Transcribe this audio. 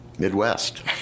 Midwest